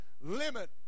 limit